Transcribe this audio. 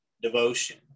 devotion